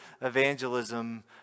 evangelism